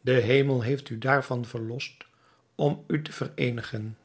de hemel heeft u daarvan verlost om u te vereenigen